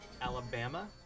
Alabama